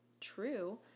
true